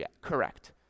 correct